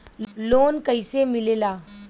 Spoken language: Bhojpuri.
लोन कईसे मिलेला?